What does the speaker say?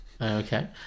Okay